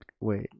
Wait